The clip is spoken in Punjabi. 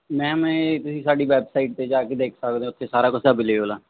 ਮੈਮ ਮੈਂ ਤੁਸੀਂ ਸਾਡੀ ਵੈਬਸਾਈਟ 'ਤੇ ਜਾ ਕੇ ਦੇਖ ਸਕਦੇ ਹੋ ਉਥੇ ਸਾਰਾ ਕੁਝ ਅਵੇਲੇਬਲ ਆ